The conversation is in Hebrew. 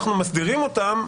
אנחנו מסדירים אותם,